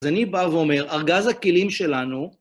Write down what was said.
אז אני בא ואומר, ארגז הכלים שלנו,